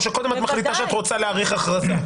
שקודם את מחליטה שאת רוצה להאריך הכרזה?